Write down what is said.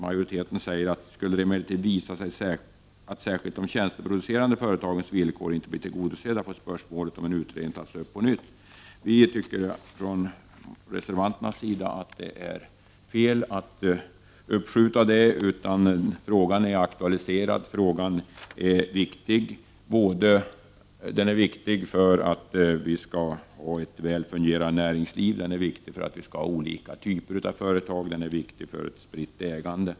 Majoriteten säger: ”Skulle det emellertid visa sig att särskilt de tjänsteproducerade företagens villkor inte blir tillgodosedda får spörsmålet om en utredning tas upp på nytt.” Vi reservanter tycker att det är fel att uppskjuta detta. Frågan är aktualiserad, och den är viktig. Det gäller ju både att vi har ett väl fungerande näringsliv och att vi har olika typer av företag. Dessutom är det viktigt att vi har ett spritt ägande.